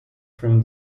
from